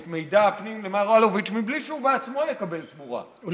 את מידע הפנים למר אלוביץ' בלי שהוא עצמו יקבל תמורה.